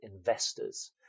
investors